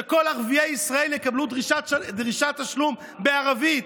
שכל ערביי ישראל יקבלו דרישת תשלום בערבית.